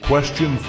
Question